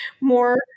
more